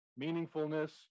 meaningfulness